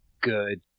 good